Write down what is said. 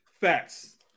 Facts